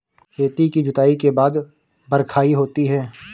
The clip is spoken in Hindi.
खेती की जुताई के बाद बख्राई होती हैं?